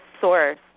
source